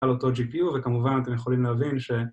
על אותו gpu וכמובן אתם יכולים להבין ש